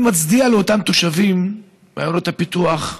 אני מצדיע לאותם תושבים בעיירות הפיתוח.